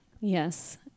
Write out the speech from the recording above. yes